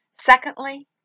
Secondly